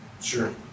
sure